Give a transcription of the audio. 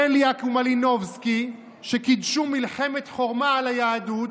בליאק ומלינובסקי, שקידשו מלחמת חורמה על היהדות,